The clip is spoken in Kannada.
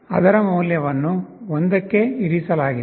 ಅದರ ಮೌಲ್ಯವನ್ನು 1ಕ್ಕೆ ಇರಿಸಲಾಗಿದೆ